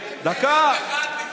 דודי, קראת את בן כספית?